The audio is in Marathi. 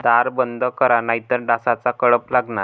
दार बंद करा नाहीतर डासांचा कळप लागणार